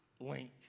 link